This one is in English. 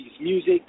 music